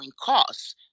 costs